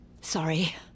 Sorry